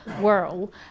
world